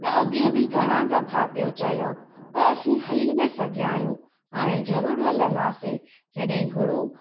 त अॻे बि घणा दफ़ा पियो चयो पर असीं हली न सघिया आहियूं हाणे ज़रूरु हलंदासीं जॾहिं गुरू